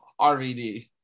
RVD